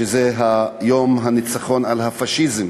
שזה יום הניצחון על הפאשיזם